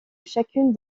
chacune